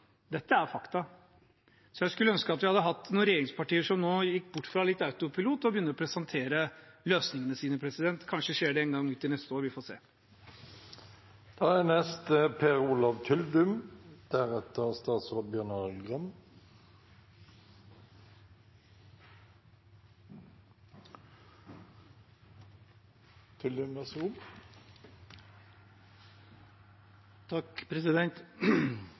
Dette er fakta. Jeg skulle ønske at vi hadde hatt noen regjeringspartier som nå gikk bort fra å være litt på autopilot og begynner å presentere løsningene sine. Kanskje skjer det en gang til neste år – vi får se.